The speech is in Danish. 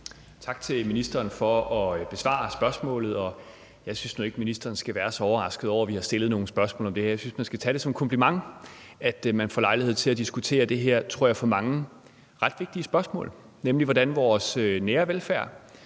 Tak til ministeren for at besvare spørgsmålet, og jeg synes nu ikke, at ministeren skal være så overrasket over, at vi har stillet nogle spørgsmål om det her. Jeg synes, man skal tage det som en kompliment, at man får lejlighed til at diskutere det her, tror jeg, for mange ret vigtige spørgsmål, nemlig hvordan vores nære velfærd